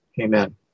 Amen